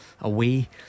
away